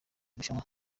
rushanwa